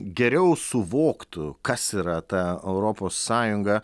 geriau suvoktų kas yra ta europos sąjunga